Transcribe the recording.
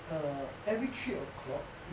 err every three o'clock